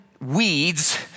weeds